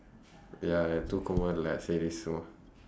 ya எனக்கு தூக்கம் வரல:enakku thuukkam varala